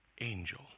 angel